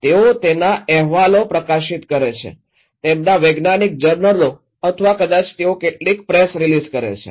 તેઓ તેના અહેવાલો પ્રકાશિત કરે છે તેમના વૈજ્ઞાનિક જર્નલો અથવા કદાચ તેઓ કેટલીક પ્રેસ રિલીઝ કરે છે